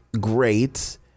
great